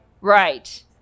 Right